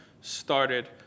started